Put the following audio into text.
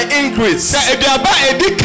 increase